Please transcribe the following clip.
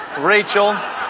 Rachel